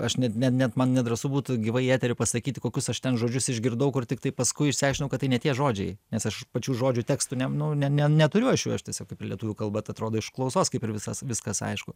aš net net man nedrąsu būtų gyvai į eterį pasakyti kokius aš ten žodžius išgirdau kur tiktai paskui išsiaiškinau kad tai ne tie žodžiai nes aš pačių žodžių tekstų nu ne ne neturiu aš jau jų tiesiog kaip ir lietuvių kalba tai atrodo iš klausos kaip ir visas viskas aišku